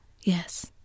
yes